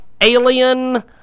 Alien